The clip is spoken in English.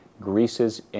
Greece's